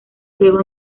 luego